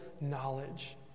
knowledge